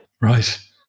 Right